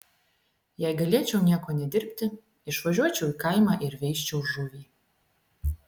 jei galėčiau nieko nedirbti išvažiuočiau į kaimą ir veisčiau žuvį